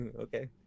okay